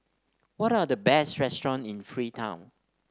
what are the best restaurant in Freetown